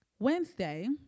Wednesday